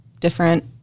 different